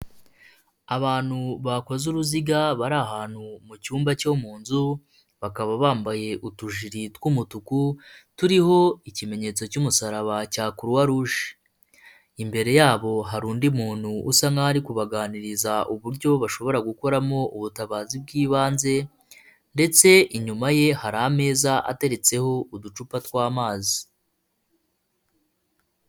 Abantu bakoze uruziga bari ahantu mu cyumba cyo mu nzu, bakaba bambaye utujiri tw'umutuku turiho ikimenyetso cy'umusaraba cya kuruwa ruje, imbere yabo hari undi muntu usa nk'aho ari kubaganiriza uburyo bashobora gukoramo ubutabazi bw'ibanze ndetse inyuma ye hari ameza ateretseho uducupa tw'amazi.